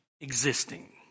existing